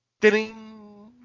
Ding